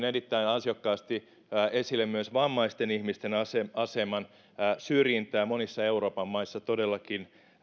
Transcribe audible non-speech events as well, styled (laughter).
(unintelligible) erittäin ansiokkaasti esille myös vammaisten ihmisten aseman aseman syrjintää monissa euroopan maissa todellakin